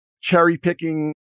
cherry-picking